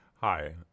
Hi